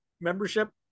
membership